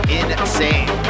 insane